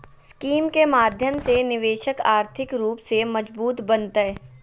scheme के माध्यम से निवेशक आर्थिक रूप से मजबूत बनतय